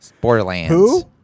Borderlands